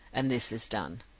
and this is done.